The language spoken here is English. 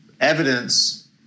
evidence